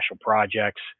projects